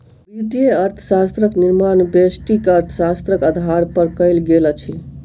वित्तीय अर्थशास्त्रक निर्माण व्यष्टि अर्थशास्त्रक आधार पर कयल गेल अछि